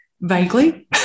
vaguely